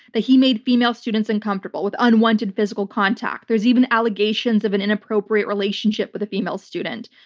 that he made female students uncomfortable with unwanted physical contact. there's even allegations of an inappropriate relationship with a female student.